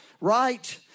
Right